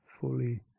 fully